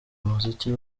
umuziki